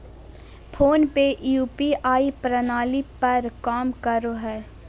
phone पे UPI प्रणाली पर काम करो हय